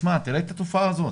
תראה את התופעה הזאת.